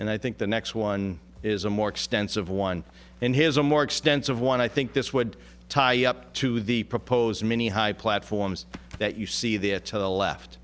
and i think the next one is a more extensive one and here's a more extensive one i think this would tie you up to the proposed many high platforms that you see there to the left